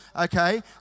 okay